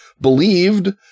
believed